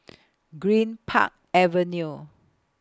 Greenpark Avenue